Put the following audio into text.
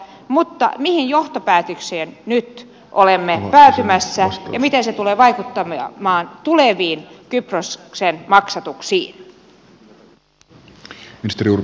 mutta mihin johtopäätökseen nyt olemme päätymässä ja miten se tulee vaikuttamaan tuleviin kyproksen maksatuksiin